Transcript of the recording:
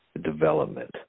development